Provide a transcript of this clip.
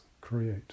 create